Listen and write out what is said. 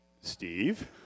Steve